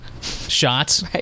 shots